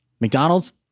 McDonald's